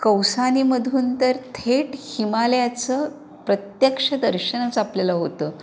कौसानीमधून तर थेट हिमालयाचं प्रत्यक्ष दर्शनच आपल्याला होतं